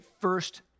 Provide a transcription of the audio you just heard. first